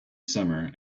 summer